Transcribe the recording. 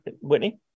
whitney